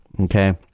Okay